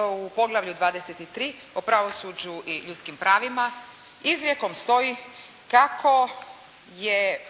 u Poglavlju 23. o pravosuđu i ljudskim pravima, izrekom stoji kako je